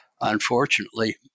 unfortunately